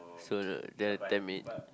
so there there there may